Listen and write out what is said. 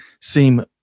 seem